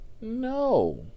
no